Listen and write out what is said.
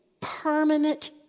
permanent